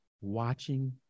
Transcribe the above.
watching